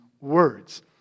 words